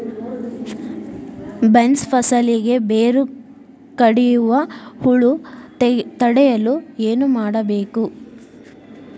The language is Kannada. ಬೇನ್ಸ್ ಫಸಲಿಗೆ ಬೇರು ಕಡಿಯುವ ಹುಳು ತಡೆಯಲು ಏನು ಮಾಡಬೇಕು?